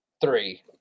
three